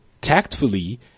tactfully